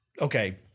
okay